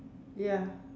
ya